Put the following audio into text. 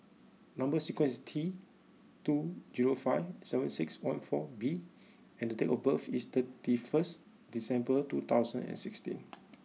number sequence is T two zero five seven six one four B and date of birth is thirty first December two thousand and sixteen